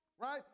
Right